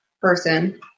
person